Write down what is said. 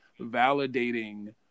validating